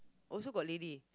also got lady